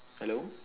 hello